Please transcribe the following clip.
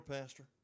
Pastor